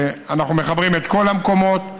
אנחנו מחברים את כל המקומות,